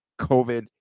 COVID